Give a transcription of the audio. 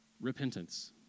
Repentance